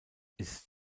ist